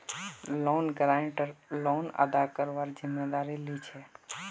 loan guarantor loan अदा करवार जिम्मेदारी लीछे